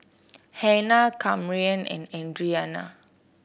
Hanna Camryn and Adriana